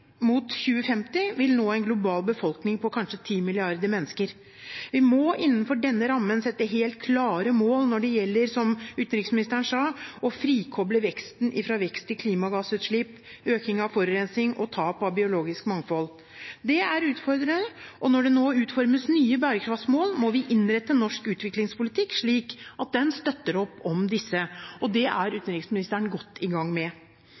mot 2050 vil nå en global befolkning på kanskje ti milliarder mennesker. Vi må innenfor denne rammen sette helt klare mål når det gjelder – som utenriksministeren sa – å frikoble veksten ifra vekst i klimagassutslipp, økning av forurensning og tap av biologisk mangfold. Det er utfordrende, og når det nå utformes nye bærekraftmål, må vi innrette norsk utviklingspolitikk slik at den støtter opp om disse. Det er utenriksministeren godt i gang med.